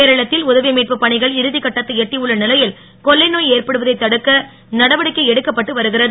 கேரளத்தில் உதவி மீட்பு பணிகள் இறுதி கட்டத்தை எட்டி உள்ள நிலையில் கொள்ளை நோய் ஏற்படுவதை தடுக்க நடவடிக்கை எடுக்கப்பட்டு வருகிறது